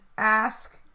ask